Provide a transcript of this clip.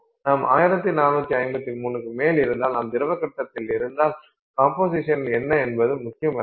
நாம் 1453 க்கு மேல் இருந்தால் நாம் திரவ கட்டத்தில் இருந்தால் கம்போசிஷன் என்ன என்பது முக்கியமல்ல